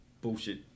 bullshit